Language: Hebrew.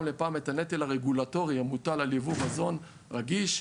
לפעם את הנטל הרגולטורי המוטל יבוא מזון רגיש,